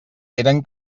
eren